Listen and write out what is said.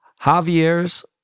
Javier's